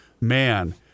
man